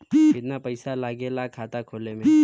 कितना पैसा लागेला खाता खोले में?